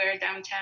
downtown